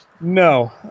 No